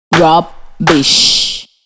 Rubbish